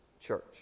church